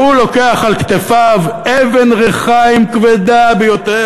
שהוא לוקח על כתפיו אבן ריחיים כבדה ביותר,